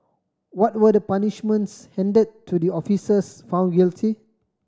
what were the punishments handed to the officers found guilty